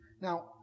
Now